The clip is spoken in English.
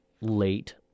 late